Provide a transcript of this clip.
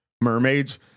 mermaids